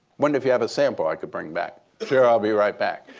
wonder if you have a sample i could bring back. sure, i'll be right back.